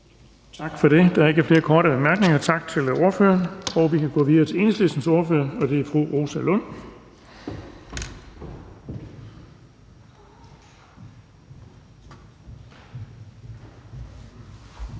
Tak for det. Der er ikke flere korte bemærkninger. Tak til ordføreren. Vi kan gå videre til Enhedslistens ordfører, og det er fru Rosa Lund.